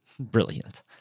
Brilliant